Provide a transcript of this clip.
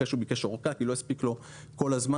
אחרי שהוא ביקש אורכה כי לא הספיק לו כל הזמן